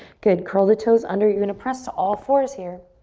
good, curl the toes under. you're gonna press to all fours, here.